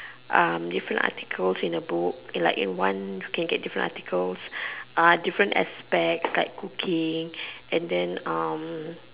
different articles in a book in like one you can get different articles different aspects like cooking and then